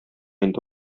инде